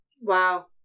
Wow